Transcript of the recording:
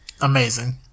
Amazing